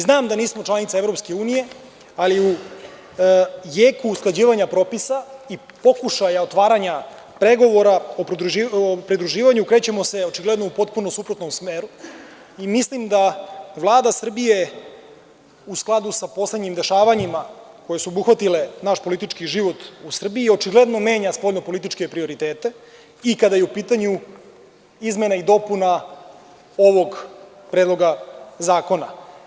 Znam da nismo članica EU, ali u jeku usklađivanja propisa i pokušaja otvaranja pregovora o pridruživanju krećemo sa očigledno potpuno suprotnog smera i mislim da Vlada Srbije u skladu sa poslednjim dešavanjima koja su obuhvatila naš politički život u Srbiji očigledno menja spoljno političke prioritete i kada je u pitanju izmena i dopuna ovog Predloga zakona.